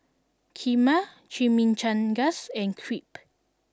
Kheema Chimichangas and Crepe